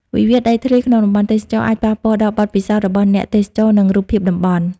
វិវាទដីធ្លីក្នុងតំបន់ទេសចរណ៍ អាចប៉ះពាល់ដល់បទពិសោធន៍របស់អ្នកទេសចរ និងរូបភាពតំបន់។